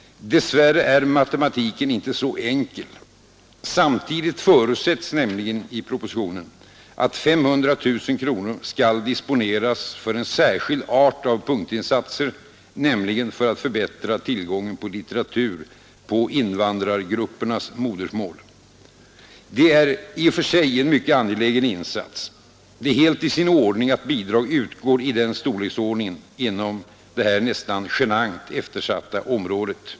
Dessvärre är matematiken inte så enkel. Samtidigt förutsätts nämligen i propositionen att 500 000 kronor skall disponeras för en särskild art av punktinsatser, nämligen för att förbättra tillgången på litteratur på invandrargruppernas modersmål. Detta är en i och för sig mycket angelägen insats. Det är helt i sin ordning att bidrag i denna storleksordning utgår inom detta nästan genant eftersatta område.